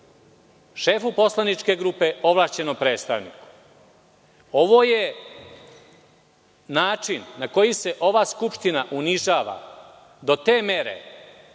šefu poslaničke grupe, ovlašćenom predstavniku. Ovo je način na koji se ova skupština unižava do te mere